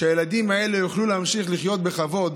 שהילדים האלה יוכלו להמשיך לחיות בכבוד,